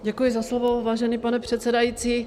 Děkuji za slovo, vážený pane předsedající.